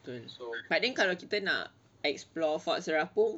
but then kalau kita nak explore fort serapong